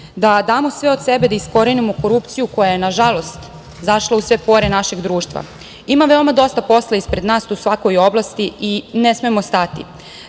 da damo sve od sebe da iskorenimo korupciju koja je nažalost zašla u sve pore našeg društva. Ima veoma dosta posla ispred nas u svakoj oblasti i ne smemo stati.